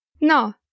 No